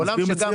בעולם שגם